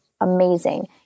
amazing